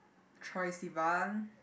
Troy-Sivan